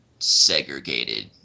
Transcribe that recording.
segregated